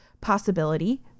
possibility